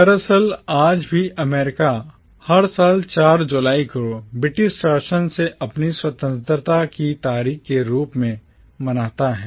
दरअसल आज भी अमेरिका हर साल 4 जुलाई को ब्रिटिश शासन से अपनी स्वतंत्रता की तारीख के रूप में मनाता है